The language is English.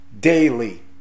daily